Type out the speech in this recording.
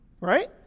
Right